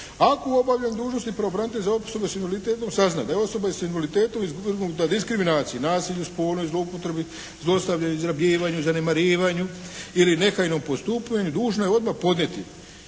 ako u obavljanju dužnosti pravobranitelj za osobe s invaliditetom sazna da je osoba s invaliditetom unutar diskriminacije, nasilju, spolu i zloupotrebi, zlostavljanju, izrugivanju, zanemarivanju ili nehajnom postupanju dužno je odmah podnijeti